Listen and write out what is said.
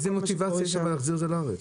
איזו מוטיבציה יש להחזיר את זה לארץ?